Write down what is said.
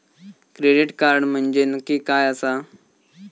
Credit card म्हंजे नक्की काय आसा?